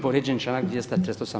Povrijeđen je članak 238.